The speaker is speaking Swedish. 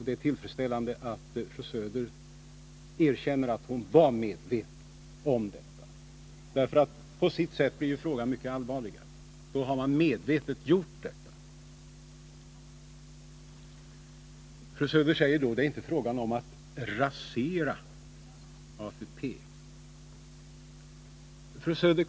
Det är tillfredsställande att fru Söder erkänner att hon var medveten om detta. Men på sitt sätt blir frågan mycket allvarlig när man medvetet har gjort detta. Fru Söder säger att det inte är fråga om att rasera ATP. Fru Söder!